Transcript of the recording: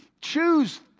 choose